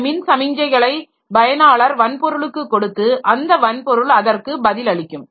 இந்த மின் சமிங்ஞைகளை பயனாளர் வன்பொருளுக்கு கொடுத்துஅந்த வன்பொருள் அதற்கு பதிலளிக்கும்